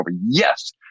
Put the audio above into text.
Yes